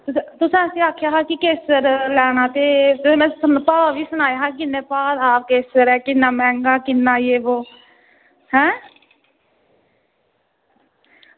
ते तुसें असें आखेआ हा कि केसर लैना गी इद्धर थुआनू भाऽ सनाया हा किन्ना भाऽ दा केसर ऐ किन्ना मैंह्गा ऐ किन्ना जे वो